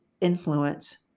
influence